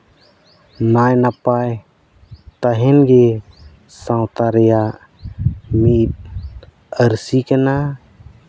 ᱱᱟᱭᱼᱱᱟᱯᱟᱭ ᱛᱟᱦᱮᱱ ᱜᱮ ᱥᱟᱶᱛᱟ ᱨᱮᱭᱟᱜ ᱢᱤᱫ ᱟᱹᱨᱥᱤ ᱠᱟᱱᱟ